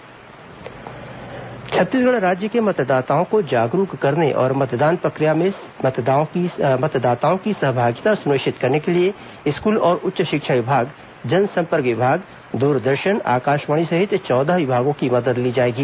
विस चुनाव SVEEP core committee Chhattisgarh राज्य के मतदाताओं को जागरूक करने और मतदान प्रक्रिया में मतदाताओं की सहभागिता सुनिश्चित करने के लिए स्कूल और उच्च शिक्षा विभाग जनसम्पर्क विभाग दूरदर्शन आकाशवाणी सहित चौदह विभागों की मदद ली जाएगी